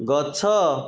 ଗଛ